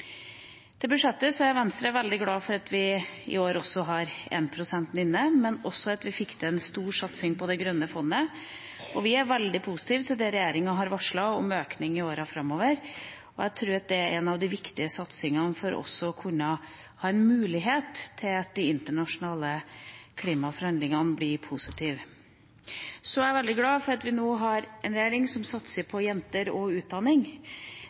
gjelder budsjettet, er Venstre veldig glad for at vi også i år har 1 pst. inne, men også for at vi fikk til en stor satsing på Det grønne klimafondet. Vi er veldig positive til at regjeringa har varslet en økning i årene framover. Jeg tror det er en av de viktige satsingene for at det skal kunne være en mulighet for at de internasjonale klimaforhandlingene blir positive. Jeg er veldig glad for at vi nå har en regjering som satser på jenter og utdanning.